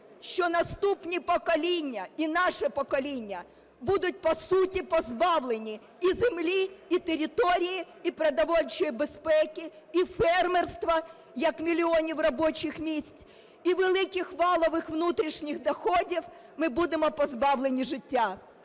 що наступні покоління і наше покоління будуть по суті позбавлені і землі, і території, і продовольчої безпеки, і фермерства як мільйонів робочих місць, і великих валових внутрішніх доходів – ми будемо позбавлені життя.